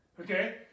Okay